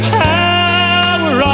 power